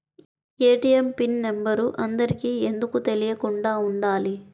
ATM pin number అందరికి ఎందుకు తెలియకుండా ఉండాలి?